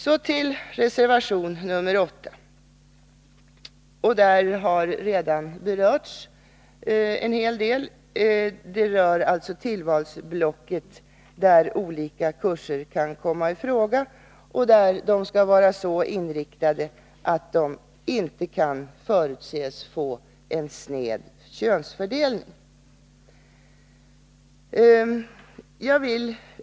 Så till reservation nr 8. En hel del av innehållet i denna reservation har redan tagits upp. Den rör tillvalsblocket, där olika kurser kan komma i fråga och där dessa skall vara så inriktade att de inte kan förutses få en sned könsfördelning.